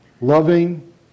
loving